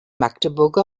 magdeburger